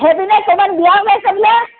বিয়া ওলাইছে বোলে